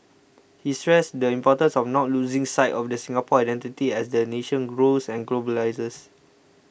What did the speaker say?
he stresses the importance of not losing sight of the Singapore identity as the nation grows and globalises